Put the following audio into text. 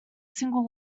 single